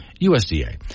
USDA